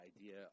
Idea